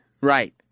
Right